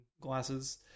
glasses